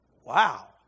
wow